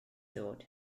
ddod